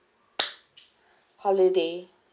holiday